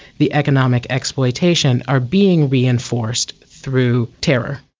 the economic exploitation, are being reinforced through terror.